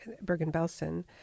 Bergen-Belsen